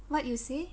what you say